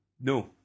No